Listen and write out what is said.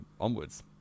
onwards